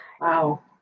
Wow